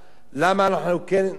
אז למה אנחנו חייבים